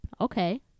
okay